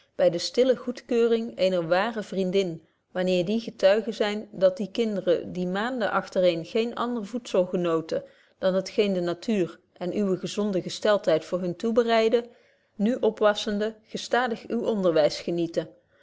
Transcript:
by de stille goedkeuring eener ware vriendin wanneer die getuigen zyn dat die kinderen die maanden agtereen geen ander voedzel genoten dan t geen de natuur en uwe gezonde gesteltheid voor hun toebereidde nu opwasschende gestadig uw onderwys genieten